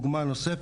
אתה הבן אדם הנכון.